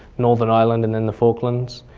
northern ireland and then the falklands.